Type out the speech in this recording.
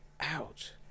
ouch